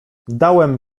dałem